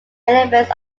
elements